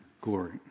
glory